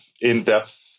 in-depth